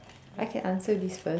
I can answer this first